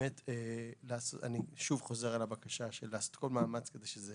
ובאמת אני שוב חוזר על הבקשה לעשות כל מאמץ כדי שזה